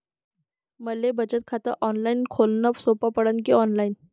मले बचत खात ऑनलाईन खोलन सोपं पडन की ऑफलाईन?